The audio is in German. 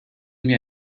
mir